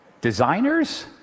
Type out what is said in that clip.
Designers